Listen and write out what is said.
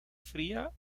fría